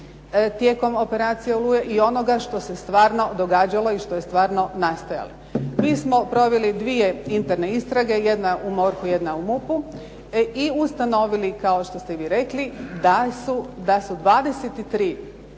tijekom operacije "Oluja" i onoga što se stvarno događalo i što je stvarno nastajalo. Mi smo proveli dvije interne istrage, jedna u MORH-u, jedna u MUP-u i ustanovili, kao što ste i vi rekli, da su 23